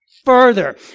further